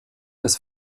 des